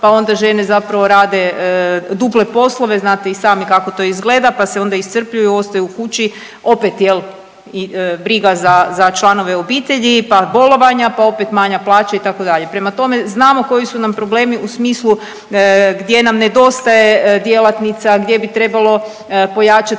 pa onda žene zapravo rade duple poslove, znate i sami kako to izgleda pa se onda iscrpljuju ostaju u kući, opet jel i briga za članove obitelji pa bolovanja pa opet manja plaća itd.. Prema tome, znamo koji su nam problemi u smislu gdje nam nedostaje djelatnica gdje bi trebalo pojačati